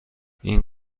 این